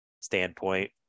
standpoint